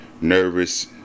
nervous